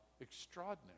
Extraordinary